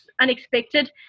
unexpected